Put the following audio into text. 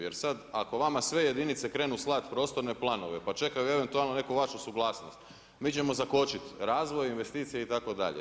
Jer sada ako vama sve jedinice krenu slati prostorne planove, pa čekaju eventualno neku vašu suglasnost mi ćemo zakočiti razvoj, investicije itd.